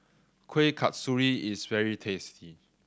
Kueh Kasturi is very tasty